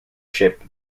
ship